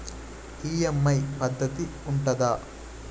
EMI పద్ధతి ఉంటదా?